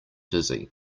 dizzy